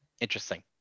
Interesting